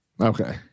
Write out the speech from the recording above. Okay